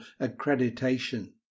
accreditation